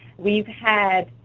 we've had